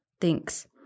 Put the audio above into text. thinks